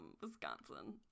Wisconsin